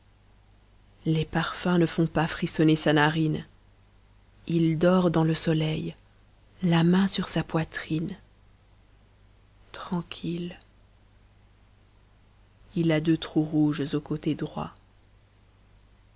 les parfums ne font pas frissonner sa narine il dort dans le soleil la main sur sa poitrine tranquille il a deux trous rouges au côté droit